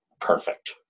perfect